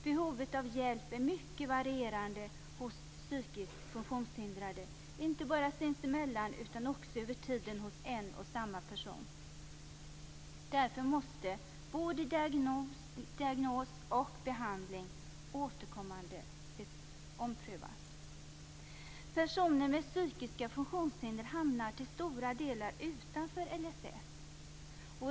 Behovet av hjälp är mycket varierande hos psykiskt funktionshindrade, inte bara sinsemellan utan också över tiden hos en och samma person. Därför måste både diagnos och behandling återkommande omprövas. Personer med psykiska funktionshinder hamnar till stora delar utanför LSS.